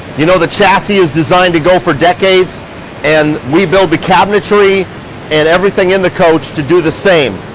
you know, the chassis is designed to go for decades and we build the cabinetry and everything in the coach to do the same.